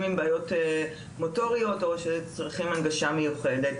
עם בעיות מוטוריות או שצריכים הנגשה מיוחדת.